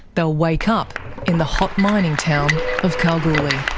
they'll wake up in the hot mining town of kalgoorlie.